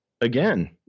Again